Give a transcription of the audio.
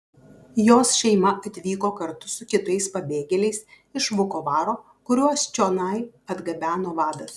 jos šeima atvyko kartu su kitais pabėgėliais iš vukovaro kuriuos čionai atgabeno vadas